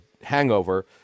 hangover